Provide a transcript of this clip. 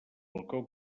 balcó